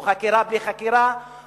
או חקירה בלי חקירה,